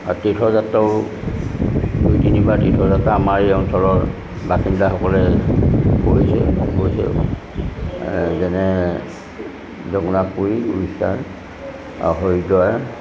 তীৰ্থযাত্ৰও দুই তিনিবাৰ তীৰ্থযাত্ৰা আমাৰ এই অঞ্চলৰ বাসিন্দাসকলে গৈছে যেনে জগন্নাথ পুৰি উৰিষ্যাৰ হৰিদ্বাৰ